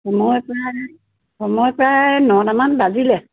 মই আপোনাৰ সময় প্ৰায় নটামান বাজিলে